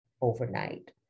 overnight